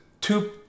Two